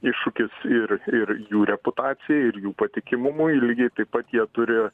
iššūkis ir ir jų reputacijai ir jų patikimumui lygiai taip pat jie turi